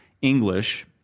English